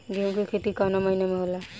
गेहूँ के खेती कवना महीना में होला?